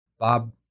Bob